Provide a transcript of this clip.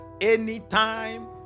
Anytime